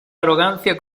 arrogancia